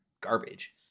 garbage